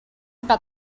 about